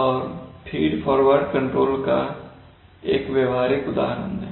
और feed forward control का एक व्यावहारिक उदाहरण दें